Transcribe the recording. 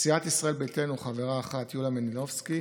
סיעת ישראל ביתנו, חברה אחת, יוליה מלינובסקי,